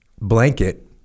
blanket